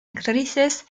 actrices